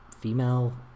female